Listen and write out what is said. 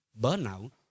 burnout